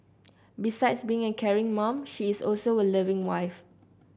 besides being a caring mom she is also a loving wife